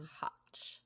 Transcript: Hot